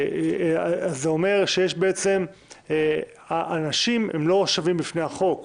זה אומר שהאנשים לא שווים בפני החוק,